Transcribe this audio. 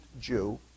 Jew